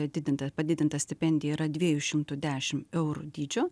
didinta padidinta stipendija yra dviejų šimtų dešim eurų dydžio